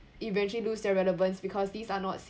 eventually lose their relevance because these are not